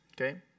Okay